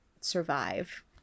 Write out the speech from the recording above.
survive